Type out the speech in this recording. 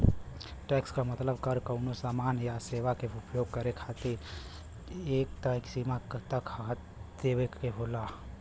tax क मतलब कर कउनो सामान या सेवा क उपभोग करे खातिर एक तय सीमा तक कर देवे क होला